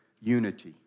unity